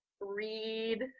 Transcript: read